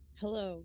Hello